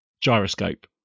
gyroscope